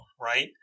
right